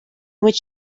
which